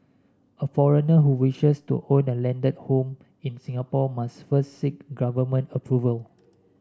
a foreigner who wishes to own a landed home in Singapore must first seek government approval